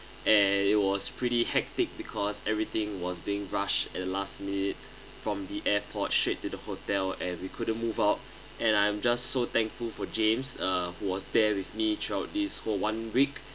and it was pretty hectic because everything was being rushed at the last minute from the airport straight to the hotel and we couldn't move out and I am just so thankful for james uh who was there with me throughout this whole one week